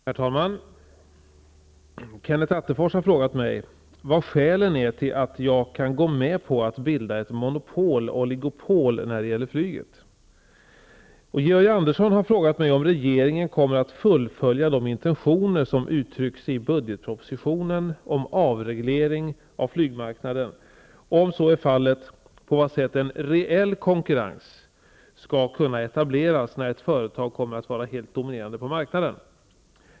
Herr talman! Kenneth Attefors har frågat mig vad skälen är till att jag kan gå med på att bilda ett monopol/oligopol när det gäller flyget. Georg Andersson har frågat mig om regeringen kommer att fullfölja de intentioner som uttrycks i budgetpropositionen om avreglering av flygmarknaden och om så är fallet på vad sätt en reell konkurrens skall kunna etableras när ett företag kommer att vara helt dominerande på marknaden.